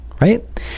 Right